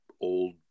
old